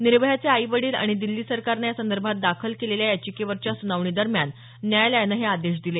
निर्भयाचे आई वडील आणि दिल्ली सरकारनं यासंदर्भात दाखल केलेल्या याचिकेवरच्या सुनावणी दरम्यान न्यायालयानं हे आदेश दिले